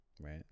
Right